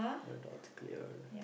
your doubts cleared